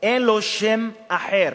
אין לו שם אחר